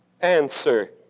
answer